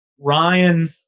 Ryan